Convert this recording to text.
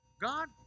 God